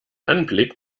anblick